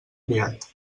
criat